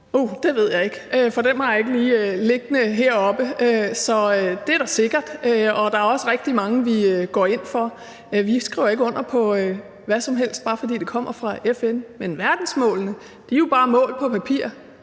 Det ved jeg ikke, for dem har jeg ikke lige liggende heroppe, men det er der sikkert. Der er også rigtig mange, vi går ind for, men vi skriver ikke under på hvad som helst, bare fordi det kommer fra FN. Men verdensmålene er jo bare mål på papir.